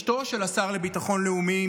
אשתו של השר לביטחון לאומי,